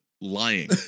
lying